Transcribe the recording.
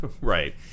right